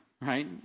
Right